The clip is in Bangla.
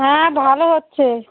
হ্যাঁ ভালো হচ্ছে